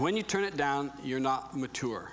when you turn it down you're not mature